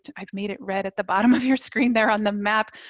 i've made it red at the bottom of your screen there on the map.